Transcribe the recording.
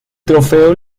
trofeo